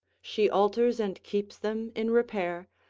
she alters and keeps them in repair,